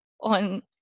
on